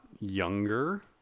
younger